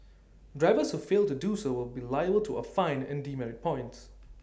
drivers who fail to do so will be liable to A fine and demerit points